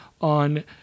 on